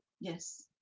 yes